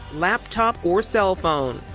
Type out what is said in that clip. laptop or cell phone.